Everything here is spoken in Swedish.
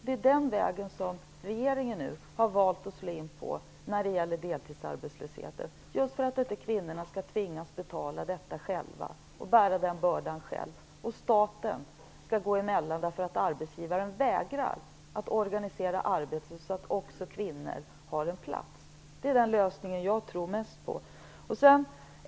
Det är den vägen regeringen nu har valt att slå in på när det gäller deltidsarbetslösheten, just för att inte kvinnorna skall tvingas betala detta själva och bära den bördan. Staten skall gå emellan eftersom arbetsgivaren vägrar att organisera arbetet så att också kvinnor har en plats. Det är den lösningen jag tror mest på.